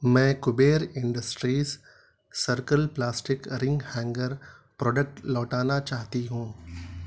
میں Kabir industries circle plastic earring hanger product لوٹانا چاہتی ہوں